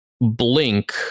blink